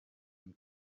and